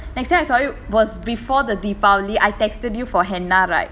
next thing I saw you was before the deepavali I texted you for henna right